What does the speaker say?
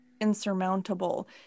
insurmountable